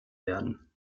werden